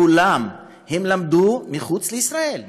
כולם למדו מחוץ לישראל,